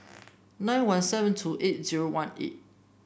nine one seven two eight zero one four